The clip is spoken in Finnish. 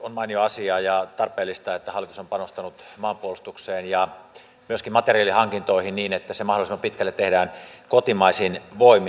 on mainio asia ja tarpeellista että hallitus on panostanut maanpuolustukseen ja myöskin materiaalihankintoihin niin että ne mahdollisimman pitkälle tehdään kotimaisin voimin